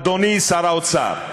אדוני שר האוצר,